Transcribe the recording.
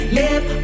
live